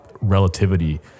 relativity